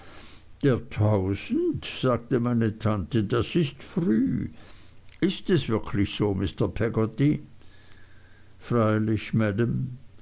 der tausend sagte meine tante das ist früh ist es wirklich so mr peggotty freilich maam